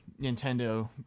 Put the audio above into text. Nintendo